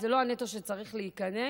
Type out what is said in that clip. זה לא הנטו שצריך להיכנס.